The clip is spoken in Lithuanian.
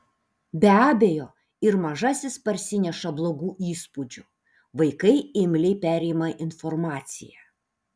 be abejo ir mažasis parsineša blogų įspūdžių vaikai imliai perima informaciją